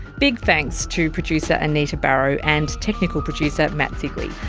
big thanks to producer anita barraud and technical producer matt sigley.